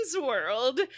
world